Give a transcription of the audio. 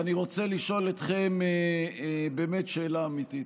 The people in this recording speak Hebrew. אני רוצה לשאול אתכם באמת שאלה אמיתית.